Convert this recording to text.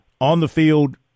on-the-field